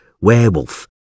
werewolf